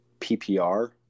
PPR